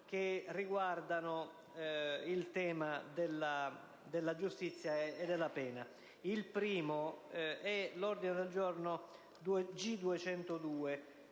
che riguardano il tema della giustizia e della pena. Con l'ordine del giorno G202